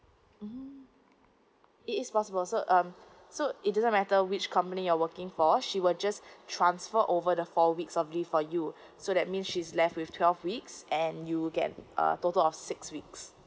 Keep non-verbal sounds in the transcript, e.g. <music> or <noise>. mmhmm it is possible so um so it doesn't matter which company you're working for she will just <breath> transfer over the four weeks of leave for you <breath> so that means she's left with twelve weeks and you'll get a total of six weeks